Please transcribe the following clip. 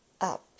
up